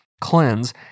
cleanse